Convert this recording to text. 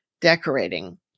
decorating